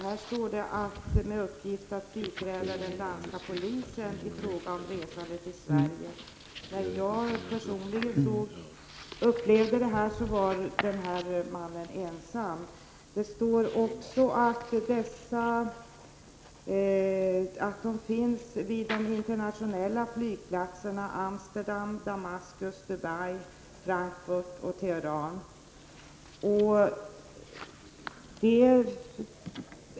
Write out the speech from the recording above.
Man kan läsa att uppgiften är att biträda den danska polisen i fråga om resandet i Sverige. När jag personligen upplevde det där var mannen i fråga ensam. Man kan också läsa att poliserna finns vid de internationella flygplatserna Amsterdam, Damaskus, Dubai, Frankfurt och Teheran.